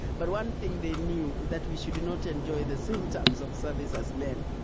but one thing they knew is that we should not enjoy the same terms of service as men.